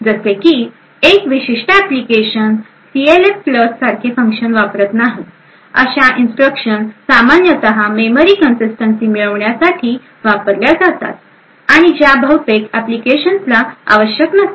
जसे की एक विशिष्ट ऍप्लिकेशन सीएलएफ फ्लश सारखे फंक्शन वापरत नाही अशा इन्स्ट्रक्शन सामान्यत मेमरी कन्सिस्टन्सी मिळवण्यासाठी वापरल्या जातात आणि ज्या बहुतेक एप्लीकेशन्सला आवश्यक नसतात